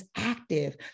active